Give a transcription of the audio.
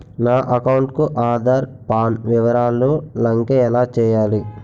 నా అకౌంట్ కు ఆధార్, పాన్ వివరాలు లంకె ఎలా చేయాలి?